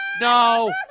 No